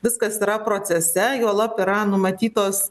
viskas yra procese juolab yra numatytos